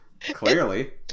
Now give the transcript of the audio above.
clearly